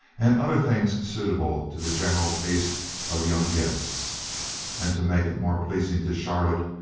and other things suitable to the general taste of young guests and to make it more pleasing to charlotte,